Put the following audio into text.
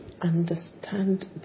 understand